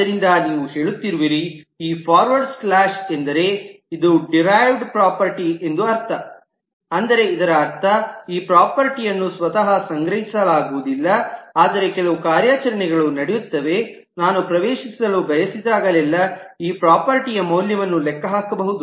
ಆದ್ದರಿಂದ ನೀವು ಹೇಳುತ್ತಿರುವಿರಿ ಈ ಫಾರ್ವರ್ಡ್ ಸ್ಲ್ಯಾಷ್ ಎಂದರೆ ಇದು ಡಿರೈವ್ಡ್ ಪ್ರಾಪರ್ಟಿ ಎಂದು ಅರ್ಥ ಅಂದರೆ ಇದರ ಅರ್ಥ ಈ ಪ್ರಾಪರ್ಟೀಯನ್ನು ಸ್ವತಃ ಸಂಗ್ರಹಿಸಲಾಗುವುದಿಲ್ಲ ಆದರೆ ಕೆಲವು ಕಾರ್ಯಾಚರಣೆಗಳು ನಡೆಯುತ್ತವೆ ನಾನು ಪ್ರವೇಶಿಸಲು ಬಯಸಿದಾಗಲೆಲ್ಲಾ ಈ ಪ್ರಾಪರ್ಟೀಯ ಮೌಲ್ಯವನ್ನು ಲೆಕ್ಕಹಾಕಬಹುದು